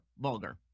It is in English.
vulgar